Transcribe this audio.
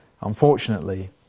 unfortunately